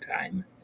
time